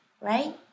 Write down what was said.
right